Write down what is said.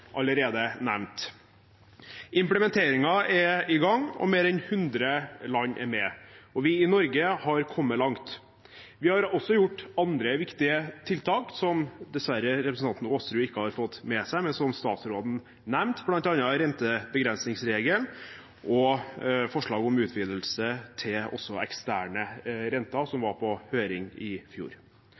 allerede nevnt. Implementeringen er i gang, og mer enn 100 land er med. Vi i Norge har kommet langt. Vi har også gjort andre viktige tiltak, som representanten Aasrud dessverre ikke har fått med seg, men som statsråden nevnte, bl.a. rentebegrensningsregelen og forslaget om utvidelse til også eksterne renter, som var på høring i fjor.